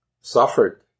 suffered